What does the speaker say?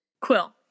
quill